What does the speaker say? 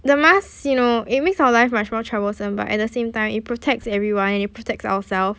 the mask you know it makes our life much more troublesome but at the same time it protects everyone and it protects ourself